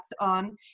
on